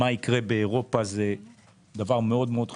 מה שיקרה באירופה מאוד חשוב,